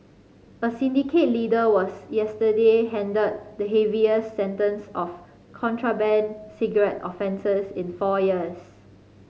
a syndicate leader was yesterday handed the heaviest sentence of contraband cigarette offences in four years